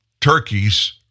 Turkey's